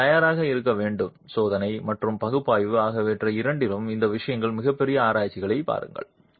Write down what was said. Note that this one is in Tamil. நீங்கள் தயாராக இருக்க வேண்டும் சோதனை மற்றும் பகுப்பாய்வு ஆகிய இரண்டிலும் இந்த விஷயத்தில் மிகப் பெரிய ஆராய்ச்சிகளைப் பாருங்கள்